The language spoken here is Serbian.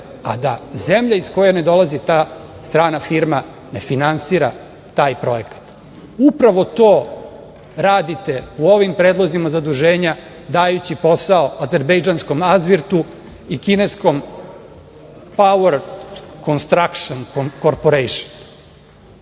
a da zemlja iz koje ona dolazi ta strana firma ne finansira taj projekat. Upravo to radite u ovim predlozima zaduženja dajući posao azerbejdžanskom „Azvirtu“ i kineskom „Pauer konstrakšn korporejš“.Nije